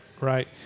right